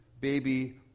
baby